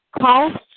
Cost